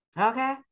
Okay